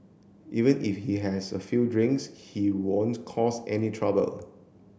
even if he has a few drinks he won't cause any trouble